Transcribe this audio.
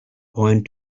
point